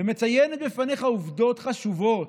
ומציינת בפניך עובדות חשובות: